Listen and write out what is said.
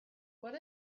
what